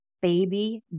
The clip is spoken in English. baby